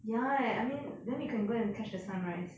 ya eh I mean then we can go and catch the sunrise